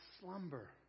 slumber